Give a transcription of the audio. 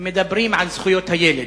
מדברים על זכויות הילד.